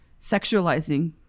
sexualizing